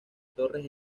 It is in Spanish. torres